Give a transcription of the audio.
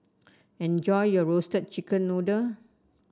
enjoy your Roasted Chicken Noodle